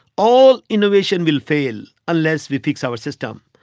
all innovation will fail unless we fix our system,